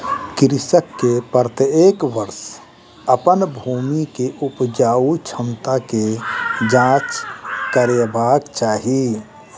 कृषक के प्रत्येक वर्ष अपन भूमि के उपजाऊ क्षमता के जांच करेबाक चाही